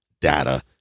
data